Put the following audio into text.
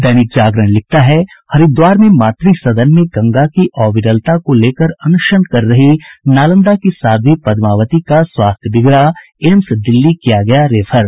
दैनिक जागरण लिखता है हरिद्वार के मातृ सदन में गंगा की अविरलता को लेकर अनशन कर रही नालंदा की साध्वी पद्मवाती का स्वास्थ्य बिगड़ा एम्स दिल्ली किया गय रेफर